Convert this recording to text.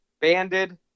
banded